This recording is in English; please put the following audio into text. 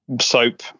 soap